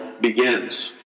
begins